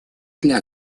для